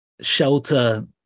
shelter